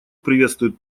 приветствует